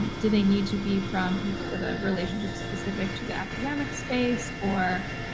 do they need to be from people with a relationship specific to the academic space or.